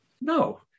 No